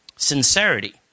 sincerity